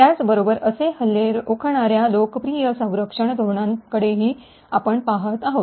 त्याच बरोबर असे हल्ले रोखणार्या लोकप्रिय संरक्षण धोरणांकडेही आपण पहात आहोत